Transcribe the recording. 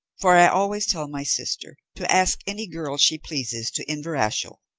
for i always tell my sister to ask any girls she pleases to inverashiel,